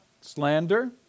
Slander